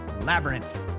Labyrinth